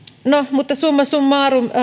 mutta summa summarum